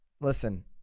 Listen